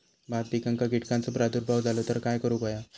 भात पिकांक कीटकांचो प्रादुर्भाव झालो तर काय करूक होया?